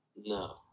No